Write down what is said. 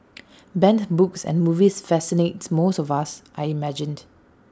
banned books and movies fascinate most of us I imagine